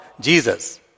Jesus